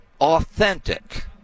authentic